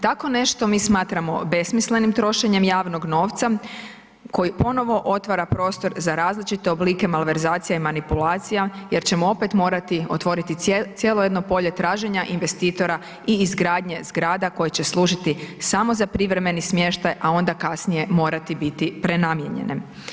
Tako nešto mi smatramo besmislenim trošenjem javnog novca koji ponovo otvara prostor za različite oblike malverzacija i manipulacija jer ćemo opet morati otvoriti cijelo jedno polje traženja investitora i izgradnje zgrada koje će služiti samo za privremeni smještaj, a onda kasnije morati biti prenamijenjene.